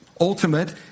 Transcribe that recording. ultimate